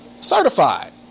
certified